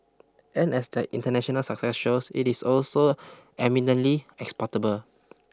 and as their international success shows it is also eminently exportable